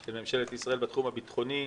של ממשלת ישראל בתחום הביטחוני,